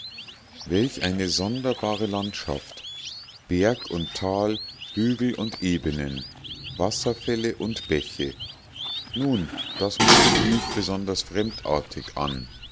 welch eine sonderbare landschaft berg und tal hügel und ebenen wasserfälle und bäche nun das mutete nicht besonders fremdartig an